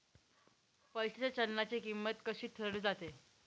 पैशाच्या चलनाची किंमत कशी ठरवली जाते